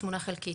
תמונה חלקית.